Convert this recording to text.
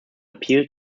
appeal